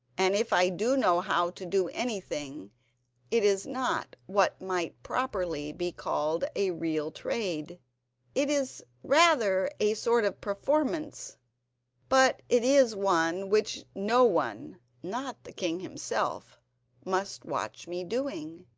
and if i do know how to do anything it is not what might properly be called a real trade it is rather a sort of performance but it is one which no one not the king himself must watch me doing,